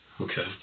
Okay